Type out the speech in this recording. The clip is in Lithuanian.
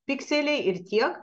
pikseliai ir tiek